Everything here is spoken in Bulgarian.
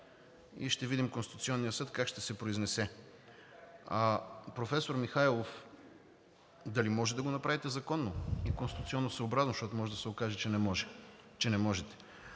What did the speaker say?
и ще видим Конституционният съд как ще се произнесе. Професор Михайлов, дали може да го направите законно и конституционосъобразно, защото може да се окаже, че не можете.